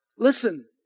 Listen